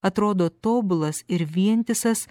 atrodo tobulas ir vientisas